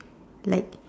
like